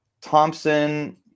Thompson